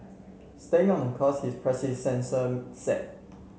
staying on the course his predecessor set